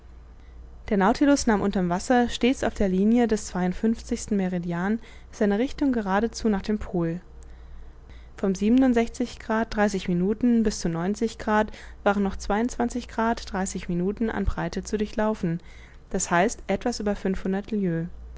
der nautilus nahm unter'm wasser stets auf der linie des zweiundfünfzigsten meridian seine rich tung geradezu nach dem pol vom minuten bis zu grad waren noch minuten an breite zu durchlaufen d h etwas über